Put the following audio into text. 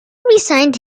resigned